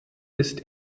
ist